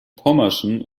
pommerschen